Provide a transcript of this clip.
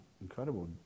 incredible